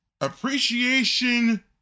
Appreciation